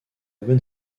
bonne